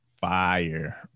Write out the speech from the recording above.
fire